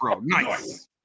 Nice